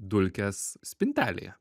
dulkes spintelėje